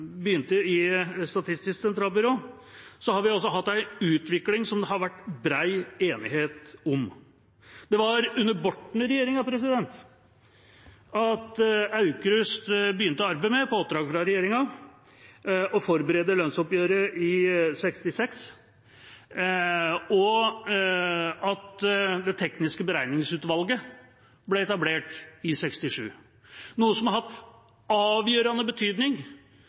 har vært bred enighet om. Det var under Borten-regjeringa Odd Aukrust på oppdrag fra regjeringa begynte å arbeide med å forberede lønnsoppgjøret i 1966, og Det tekniske beregningsutvalget ble etablert i 1967. Dette har hatt avgjørende betydning